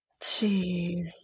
Jeez